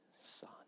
son